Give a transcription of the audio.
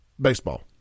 baseball